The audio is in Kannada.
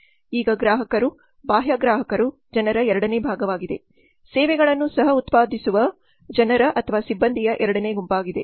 ಈಗ ಗ್ರಾಹಕರು ಬಾಹ್ಯ ಗ್ರಾಹಕರು ಜನರ ಎರಡನೇ ಭಾಗವಾಗಿದೆ ಸೇವೆಗಳನ್ನು ಸಹ ಉತ್ಪಾದಿಸುವ ಜನರ ಎರಡನೇ ಗುಂಪಾಗಿದೆ